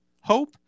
hope